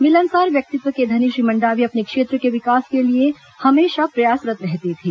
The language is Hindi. मिलनसार व्यक्तित्व के धनी श्री मंडावी अपने क्षेत्र के विकास के लिए हमेशा प्रयासरत् रहते थे